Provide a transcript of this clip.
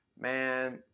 Man